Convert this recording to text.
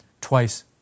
twice